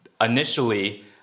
initially